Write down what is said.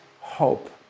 hope